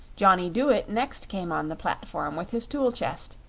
johnny dooit next came on the platform with his tool-chest,